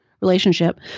relationship